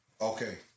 Okay